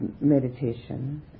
meditation